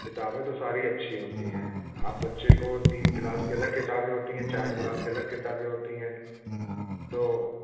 किताबें तो सारी अच्छी होती हैं आप बच्चे को तीन क्लास के अलग किताबें होती हैं चार क्लास के अलग किताबे होती हैं तो